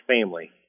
family